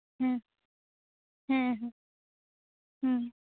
ᱦᱮᱸ ᱦᱮᱸ ᱦᱮᱸ ᱦᱩᱸ